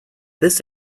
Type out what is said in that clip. this